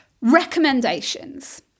Recommendations